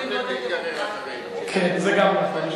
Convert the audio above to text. זה נכון.